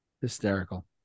Hysterical